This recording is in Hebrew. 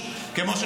תודה רבה.